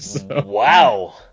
Wow